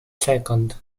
second